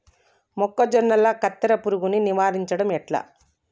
మొక్కజొన్నల కత్తెర పురుగుని నివారించడం ఎట్లా?